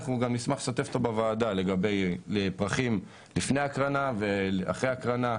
אנחנו נשמח לשתף אתכם בוועדה בעניין של פרחים לפני הקרנה ואחרי הקרנה,